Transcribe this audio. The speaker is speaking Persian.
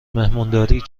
مهمونداری